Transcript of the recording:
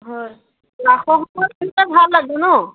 হয় ৰাসৰ সময়ত গ'লে ভাল লাগে নহ্